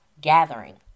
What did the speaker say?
gathering